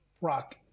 Rock